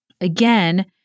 Again